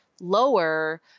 lower